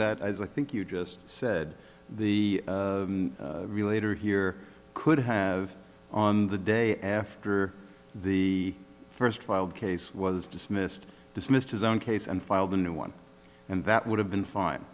that i think you just said the relator here could have on the day after the first filed case was dismissed dismissed his own case and filed a new one and that would have been